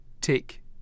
take